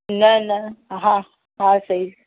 न न हा हा सही